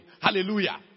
Hallelujah